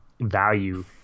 value